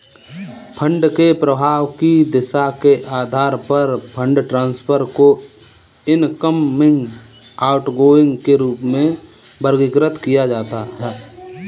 fund के प्रवाह की दिशा के आधार पर फंड ट्रांसफर को इनकमिंग, आउटगोइंग के रूप में वर्गीकृत किया जाता है